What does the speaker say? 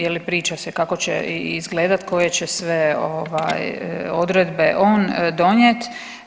Je li priča se kako će izgledati, koje će sve odredbe ovaj on donijet.